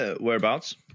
whereabouts